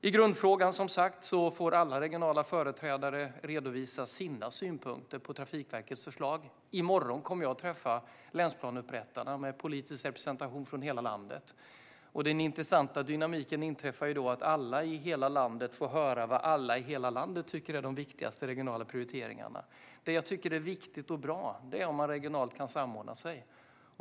I grundfrågan får alla regionala företrädare redovisa sina synpunkter på Trafikverkets förslag. I morgon kommer jag att träffa länsplaneupprättarna med politisk representation från hela landet. Den intressanta dynamiken inträffar då att alla i hela landet får höra vad alla i hela landet tycker är de viktigaste regionala prioriteringarna. Det jag tycker är viktigt och bra är om man regionalt kan samordna sig.